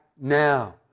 now